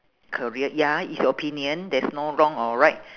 career ya is your opinion there's no wrong or right